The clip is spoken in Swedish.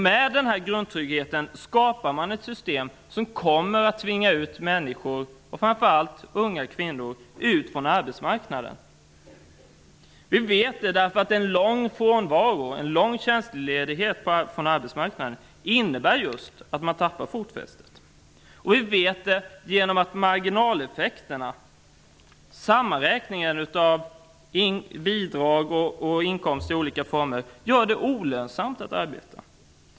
Med denna grundtrygghet skapar man ett system som kommer att tvinga unga människor, framför allt kvinnor, bort från arbetsmarknaden. Vi vet att en lång frånvaro från arbetsmarknaden innebär att man tappar fotfästet. Vi vet också hur marginaleffekterna av bidrag och inkomst i olika former gör det olönsamt att arbeta.